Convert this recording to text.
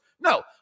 No